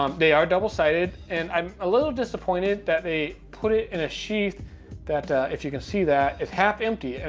um they are double-sided, and i'm a little disappointed that they put it in a sheath that if you can see that, it's half empty. i